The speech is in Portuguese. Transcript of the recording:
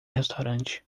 restaurante